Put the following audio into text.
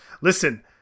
Listen